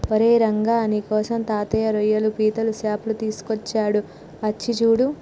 ఓరై రంగ నీకోసం తాతయ్య రోయ్యలు పీతలు సేపలు తీసుకొచ్చాడు అచ్చి సూడు